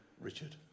Richard